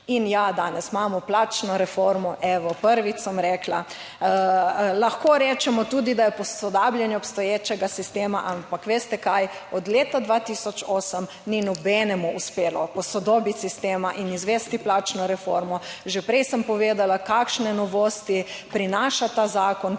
In ja, danes imamo plačno reformo - evo, prvič sem rekla. Lahko rečemo tudi, da je posodabljanje obstoječega sistema, ampak veste kaj? Od leta 2008 ni nobenemu uspelo posodobiti sistema in izvesti plačno reformo. Že prej sem povedala, kakšne novosti prinaša ta zakon,